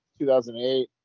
2008